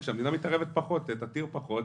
וכשהמדינה מתערבת פחות כי --- פחות,